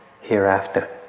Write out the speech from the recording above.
hereafter